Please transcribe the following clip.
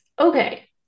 Okay